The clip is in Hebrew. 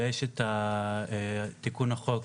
ויש את תיקון החוק,